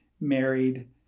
married